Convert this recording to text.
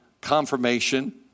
confirmation